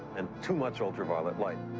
and too much ultraviolet light.